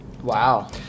Wow